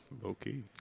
low-key